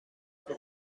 für